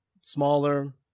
smaller